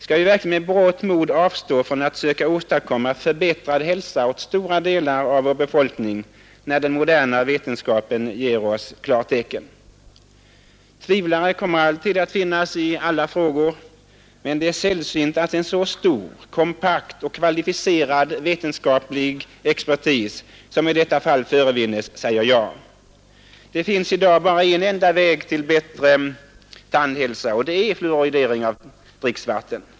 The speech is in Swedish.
Skall vi verkligen med berått mod avstå från att försöka åstadkomma förbättrad hälsa åt stora delar av vår befolkning, när den moderna vetenskapen ger oss klartecken? Tvivlare kommer alltid att finnas i alla frågor, men det är sällsynt att en så stor, kompakt och kvalificerad vetenskaplig expertis som i detta fall förefinns säger ja. Det finns i dag bara en enda väg till en bättre tandhälsa, och det är fluoridering av dricksvatten.